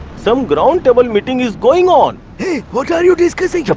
some ground table meeting is going on. hey, what yeah are you discussing?